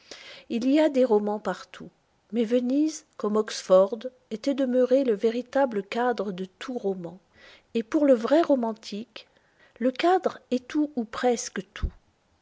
il y a des romans partout mais venise comme oxford était demeuré le véritable cadre de tout roman et pour le vrai romantique le cadre est tout ou presque tout